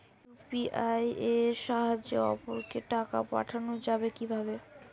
UPI এর সাহায্যে অপরকে টাকা পাঠানো যাবে কিভাবে?